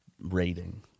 rating